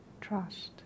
trust